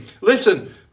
Listen